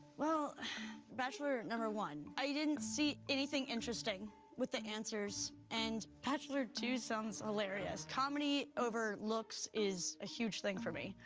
well groans bachelor number one, i didn't see anything interesting with the answers, and bachelor two sounds hilarious. comedy over looks is a huge thing for me.